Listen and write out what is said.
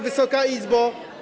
Wysoka Izbo!